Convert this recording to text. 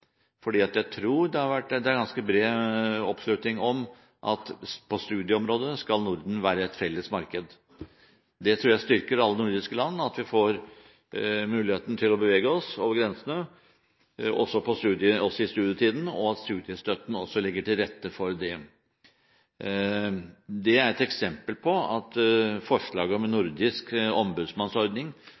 det er ganske bred oppslutning om at på studieområdet skal Norden være et felles marked. Jeg tror det styrker alle nordiske land at vi får muligheten til å bevege oss over grensene også i studietiden, og at studiestøtten legger til rette for det. Dette er et eksempel på at forslaget om en nordisk ombudsmannsordning